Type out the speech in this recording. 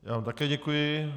Já vám také děkuji.